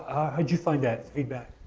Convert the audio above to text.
how'd you find that feedback?